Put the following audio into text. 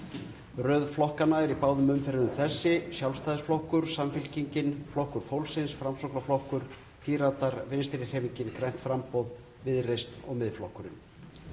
Röð flokkanna er í báðum umferðum þessi: Sjálfstæðisflokkur, Samfylkingin, Flokkur fólksins, Framsóknarflokkur, Píratar, Vinstrihreyfingin – grænt framboð, Viðreisn og Miðflokkurinn.